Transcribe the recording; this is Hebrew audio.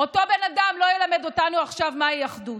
אותו בן אדם לא ילמד אותנו עכשיו מהי אחדות.